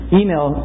email